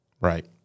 Right